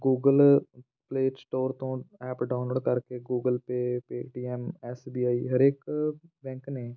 Google play store ਤੋਂ app download ਕਰਕੇ Google pay Paytm S B I ਹਰੇਕ bank ਨੇ